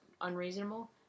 unreasonable